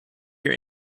your